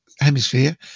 hemisphere